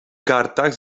kartach